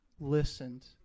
listened